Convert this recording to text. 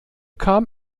kam